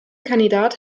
kandidat